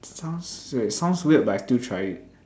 sounds weird sounds weird but I still try it